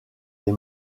des